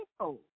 people